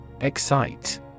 Excite